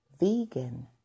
vegan